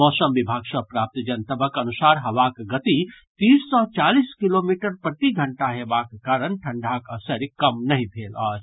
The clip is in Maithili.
मौसम विभाग सँ प्राप्त जनतबक अनुसार हवाक गति तीस सँ चालीस किलोमीटर प्रति घंटा हेबाक कारण ठंढाक असरि कम नहि भेल अछि